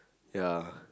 ya